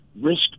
risk